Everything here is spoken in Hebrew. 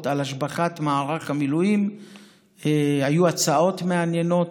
על השבחת מערך המילואים היו הצעות מעניינות: